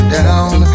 down